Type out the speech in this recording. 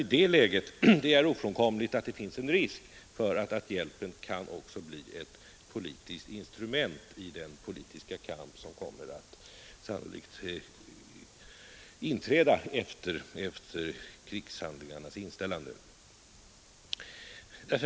I det läget är det ofrånkomligt att det finns en risk för att hjälpen också kan bli ett politiskt instrument i den politiska kamp som sannolikt kommer att inträda efter krigshandlingarnas inställande.